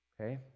okay